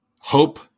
hope